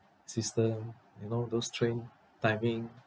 system you know those train timing